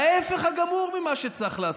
ההפך הגמור ממה שצריך לעשות,